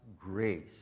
grace